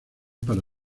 para